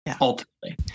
ultimately